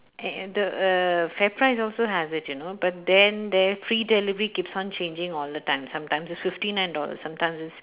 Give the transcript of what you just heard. and the err fairprice also has it you know but then their free delivery keeps on changing all the time sometimes it's fifty nine dollars sometimes it's